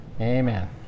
Amen